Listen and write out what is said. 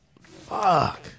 Fuck